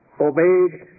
obeyed